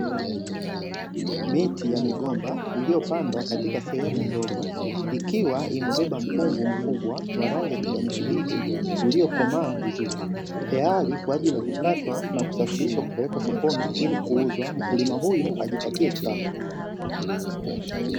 Miti ya migomba iliyopandwa katika sehemu ndogo, ikiwa imebeba mkungu mkubwa wa rangi ya kijani kibichi, ulio komaa vizuri tayari kwaajili ya kukatwa na kusafirishwa kupelekwa sokoni ili kuuzwa mkulima huyu ajipatie kipato.